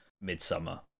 Midsummer